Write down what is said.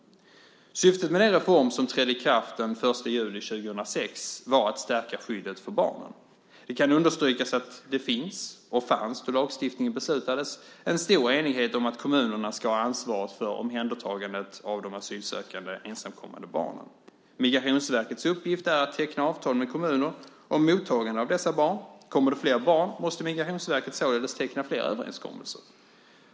Syftet med den reform som trädde i kraft den 1 juli 2006 var att stärka skyddet för barnen. Det kan understrykas att det finns, och fanns då lagstiftningen beslutades, en stor enighet om att kommunerna ska ha ansvaret för omhändertagandet av de asylsökande ensamkommande barnen. Migrationsverkets uppgift är att teckna avtal med kommuner om mottagande av dessa barn. Kommer det flera barn måste Migrationsverket således teckna flera överenskommelser.